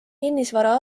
kinnisvara